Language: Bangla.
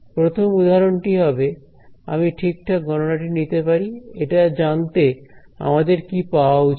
প্রথম উদাহরণটি হবে আমি ঠিকঠাক গণনা টি নিতে পারি এটা জানতে আমাদের কি পাওয়া উচিত